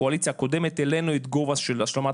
הקואליציה הקודמת העלינו את הגובה של השלמת